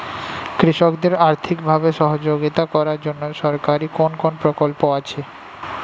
কৃষকদের আর্থিকভাবে সহযোগিতা করার জন্য সরকারি কোন কোন প্রকল্প আছে?